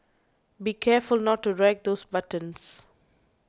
be careful not to wreck those buttons